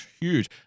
huge